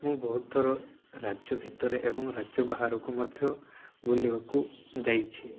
ମୁଁ ବହୁତ ଥର ରାଜ୍ୟ ଭିତରେ ଏବଂ ରାଜ୍ୟ ବାହାରକୁ ମଧ୍ୟ ବୁଲିବାକୁ ଯାଇଛି